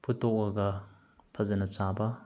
ꯐꯨꯠꯇꯣꯛꯑꯒ ꯐꯖꯅ ꯆꯥꯕ